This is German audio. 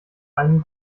einen